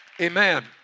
Amen